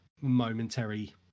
momentary